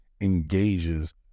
engages